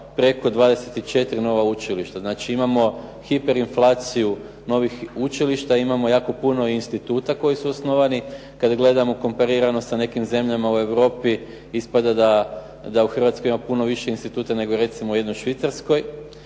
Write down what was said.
preko 24 nova učilišta, znači imamo hiperinflaciju novih učilišta, imamo jako puno instituta koji su osnovani. Kad gledamo komparirano sa nekim zemljama u Europi ispada da u Hrvatskoj ima puno više instituta nego recimo u jednoj Švicarskoj.